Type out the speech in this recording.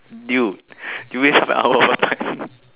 dude you waste half an hour of our time